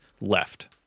left